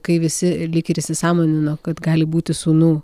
kai visi lyg ir įsisąmonino kad gali būti sūnų